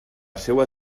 seua